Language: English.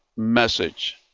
message,